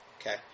okay